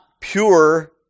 pure